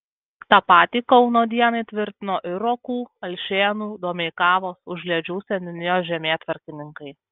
tą patį kauno dienai tvirtino ir rokų alšėnų domeikavos užliedžių seniūnijos žemėtvarkininkai